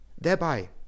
Thereby